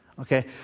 Okay